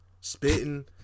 spitting